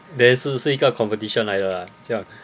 then 是是一个 competition 来的 lah 这样